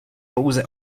pouze